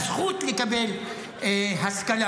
את הזכות לקבל השכלה.